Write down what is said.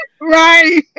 Right